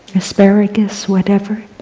asparagus, whatever.